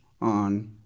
on